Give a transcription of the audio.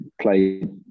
played